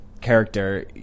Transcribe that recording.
character